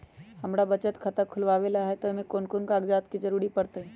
हमरा बचत खाता खुलावेला है त ए में कौन कौन कागजात के जरूरी परतई?